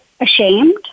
ashamed